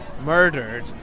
murdered